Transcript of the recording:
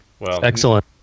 Excellent